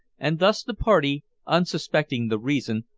and thus the party, unsuspecting the reason,